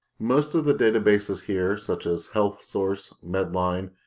most of the databases here such as health source, medline,